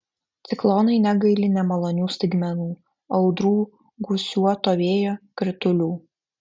ciklonai negaili nemalonių staigmenų audrų gūsiuoto vėjo kritulių